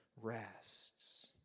rests